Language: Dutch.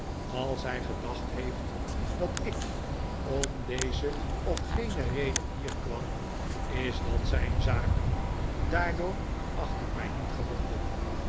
als hij gedacht heeft dat ik om deze of gene reden hier kwam is dat zijn zaak daardoor acht ik mij niet gebonden